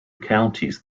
counties